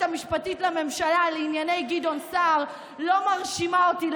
המשפטית לממשלה לענייני גדעון סער לא מרשימה אותי.